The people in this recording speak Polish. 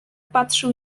patrzył